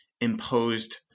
imposed